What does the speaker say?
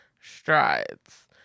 strides